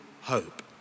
hope